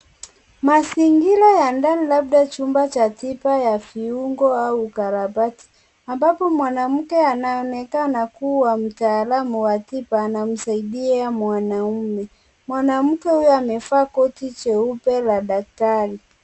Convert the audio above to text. Mazingira ya ndani labda chumba cha tiba ya viungo au ukarabati. Ambapo mwanamke anaonekana kuwa, mtaalamu wa tiba anamsaidia mwanaume. Mwanamke huyo amevaa koti jeupe la daktari.